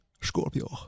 Scorpio